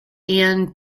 ian